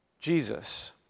Jesus